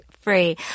free